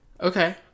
Okay